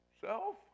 self